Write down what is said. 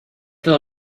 todo